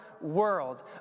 world